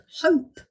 hope